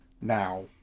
now